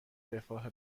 رفاه